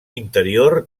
interior